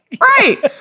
Right